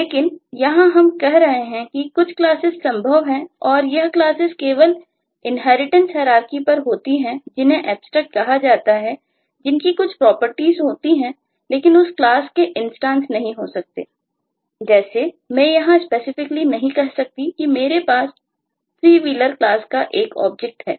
लेकिन यहां हम कह रहे हैं कि कुछ क्लासेस संभव है और यह क्लासेस केवल इनहेरिटेंस हैरारकी नहीं कह सकता कि मेरे पास एक ThreeWheeler क्लास का एक ऑब्जेक्ट है